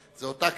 זה אותה כנסת,